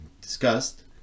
discussed